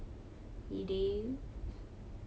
you do